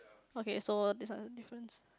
okay so these are the difference